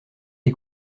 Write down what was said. les